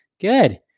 good